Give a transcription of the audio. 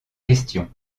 questions